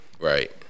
Right